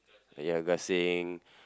ya gasing